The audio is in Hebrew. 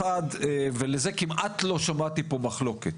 אחת, ולזה כמעט לא שמעתי פה מחלוקת,